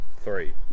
three